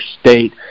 state